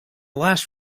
last